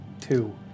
Two